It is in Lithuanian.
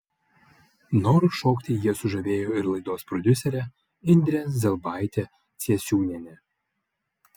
noru šokti jie sužavėjo ir laidos prodiuserę indrę zelbaitę ciesiūnienę